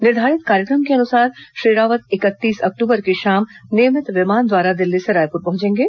निर्धारित कार्यक्रम के अनुसार श्री रावत इकतीस अक्टूबर की शाम नियमित विमान द्वारा दिल्ली से रायपुर पहुंचेंगे